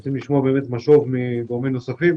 רוצים לשמוע משוב מגורמים נוספים.